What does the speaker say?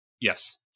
Yes